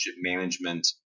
management